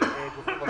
וגופים אחרים,